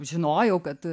žinojau kad